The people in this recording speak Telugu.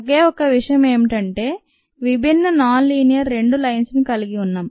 ఒకే ఒక్క విషయం ఏమిటంటే విభిన్న నాన్ లినియర్ 2 లైన్లను కలిగి ఉన్నాం